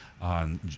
on